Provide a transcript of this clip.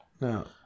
No